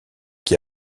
qui